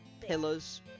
pillars